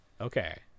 okay